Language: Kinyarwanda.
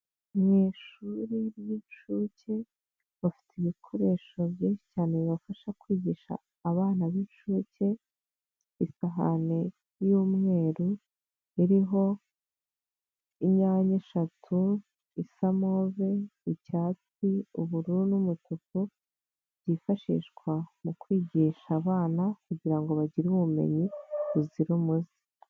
Mu ishuri ry'incuke bafite ibikoresho byinshi cyane bibafasha kwigisha abana b'incuke isahani y'umweru iriho inyanya eshatu zisa move, icyatsi, ubururu ,n'umutuku byifashishwa mu kwigisha abana kugirango bagire ubumenyi buzira umuze.